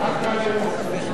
עד כאן ההסכמות.